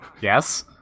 Yes